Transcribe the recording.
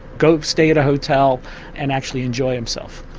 go stay at a hotel and actually enjoy himself.